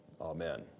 Amen